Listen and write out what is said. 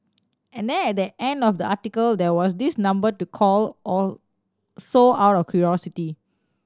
and then at the end of the article there was this number to call or so out of curiosity